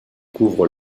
couvre